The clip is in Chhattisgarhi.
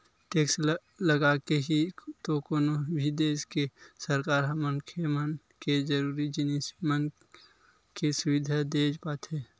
टेक्स लगाके ही तो कोनो भी देस के सरकार ह मनखे मन के जरुरी जिनिस मन के सुबिधा देय पाथे